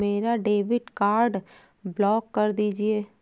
मेरा debit card block कर दीजिए